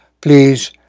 Please